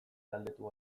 galdetu